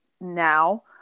now